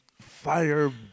fire